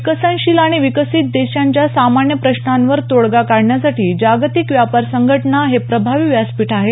विकसनशील आणि अविकसीत देशांच्या सामान्य प्रश्नांवर तोडगा काढण्यासाठी जागतिक व्यापार संघटना हे प्रभावशिल व्यासपीठ आहे